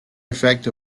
effect